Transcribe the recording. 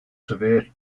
severe